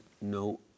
no